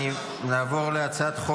הוא לא מחפש אמת.